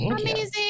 Amazing